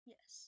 Yes